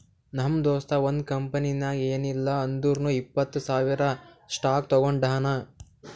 ನಮ್ ದೋಸ್ತ ಒಂದ್ ಕಂಪನಿನಾಗ್ ಏನಿಲ್ಲಾ ಅಂದುರ್ನು ಇಪ್ಪತ್ತ್ ಸಾವಿರ್ ಸ್ಟಾಕ್ ತೊಗೊಂಡಾನ